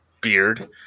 beard